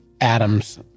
Adam's